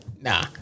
Nah